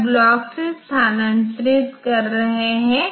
तो इस तरह एल्गोरिथ्म समाप्त हो जाएगा